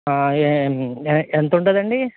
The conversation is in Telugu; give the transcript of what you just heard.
ఏమి ఎంత ఉంటుంది అండి